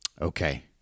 Okay